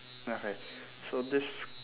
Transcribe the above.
okay so this